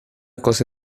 cosa